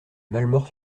malemort